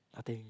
nothing